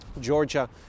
Georgia